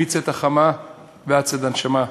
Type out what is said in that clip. מצאת החמה ועד צאת הנשמה,